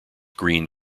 green